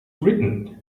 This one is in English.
written